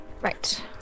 Right